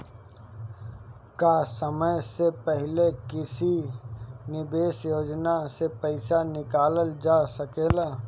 का समय से पहले किसी निवेश योजना से र्पइसा निकालल जा सकेला?